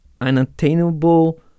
unattainable